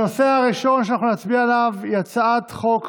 הנושא הראשון שאנחנו נצביע עליו הוא הצעת חוק